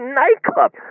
nightclub